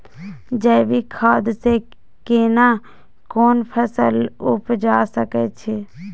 जैविक खाद से केना कोन फसल उपजा सकै छि?